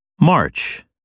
March